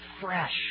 Fresh